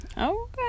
Okay